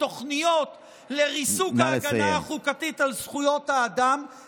תוכניות לריסוק ההגנה החוקתית על זכויות האדם -- נא לסיים.